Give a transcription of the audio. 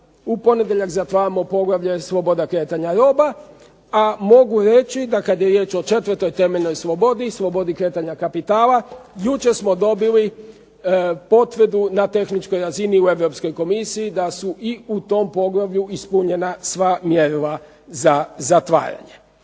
u ponedjeljak zatvaramo poglavlje sloboda kretanja roba, a mogu reći da kad je riječ o četvrtoj temeljnoj slobodi i slobodi kretanja kapitala jučer smo dobili potvrdu na tehničkoj razini u Europskoj Komisiji da su i u tom poglavlju ispunjena sva mjerila za zatvaranje.